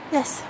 Yes